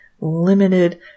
limited